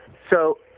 so,